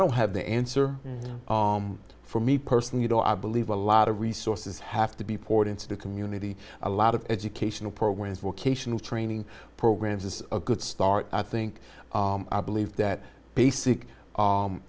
don't have the answer for me personally though i believe a lot of resources have to be poured into the community a lot of educational programs vocational training programs is a good start i think i believe that basic